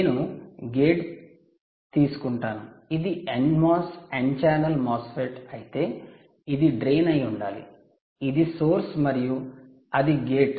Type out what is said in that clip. నేను గేట్ తీసుకుంటాను ఇది NMOS n ఛానల్ MOSFET అయితే ఇది డ్రైన్ అయి ఉండాలి ఇది సోర్స్ మరియు అది గేట్